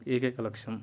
ఏకైక లక్ష్యం